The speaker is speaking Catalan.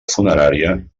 funerària